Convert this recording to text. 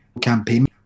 campaign